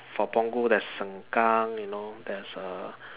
for Punggol there's Seng-Kang you know there's uh